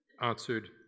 Answered